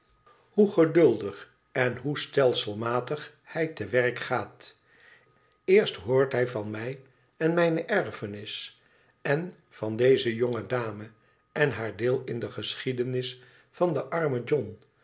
vriend dig en hoe stelselmatig hij te werk gaat eerst hoort hij van mij en mijne erfenis en van deze jonge dame en haar deel in de geschiedenis van den armen john